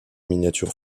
miniature